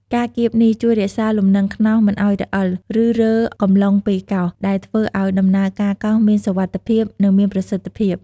ការគៀបនេះជួយរក្សាលំនឹងខ្ន្នោសមិនឱ្យរអិល ឬរើកំឡុងពេលកោស ដែលធ្វើឱ្យដំណើរការកោសមានសុវត្ថិភាព និងមានប្រសិទ្ធភាព។